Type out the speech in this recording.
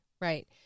Right